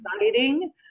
exciting